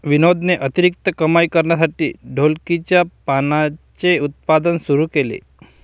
विनोदने अतिरिक्त कमाई करण्यासाठी ढोलकीच्या पानांचे उत्पादन सुरू केले